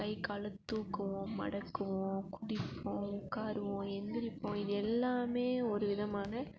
கை காலு தூக்குவோம் மடக்குவோம் குதிப்போம் உட்காருவோம் எழுந்திரிப்போம் இது எல்லாமே ஒரு விதமான